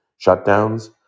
shutdowns